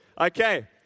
Okay